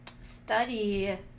study